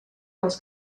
dels